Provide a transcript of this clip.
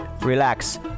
relax